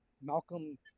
malcolm